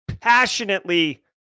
passionately